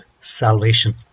salvation